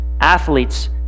athletes